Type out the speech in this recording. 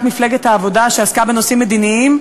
מפלגת העבודה שעסקה בנושאים מדיניים,